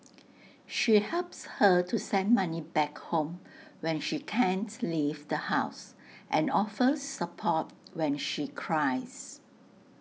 she helps her to send money back home when she can't leave the house and offers support when she cries